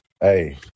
Hey